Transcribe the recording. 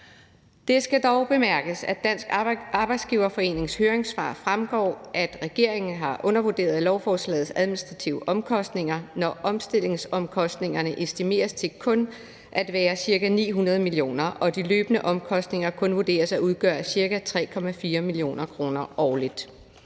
Det skal dog bemærkes, at det i Dansk Arbejdsgiverforenings høringssvar fremgår, at regeringen har undervurderet lovforslagets administrative omkostninger, når omstillingsomkostningerne kun estimeres til at være ca. 900 mio. kr. og de løbende omkostninger kun vurderes at udgøre ca. 3,4 mio. kr. årligt.